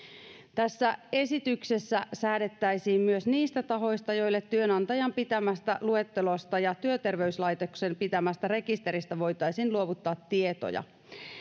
tässä esityksessä säädettäisiin myös niistä tahoista joille työnantajan pitämästä luettelosta ja työterveyslaitoksen pitämästä rekisteristä voitaisiin luovuttaa tietoja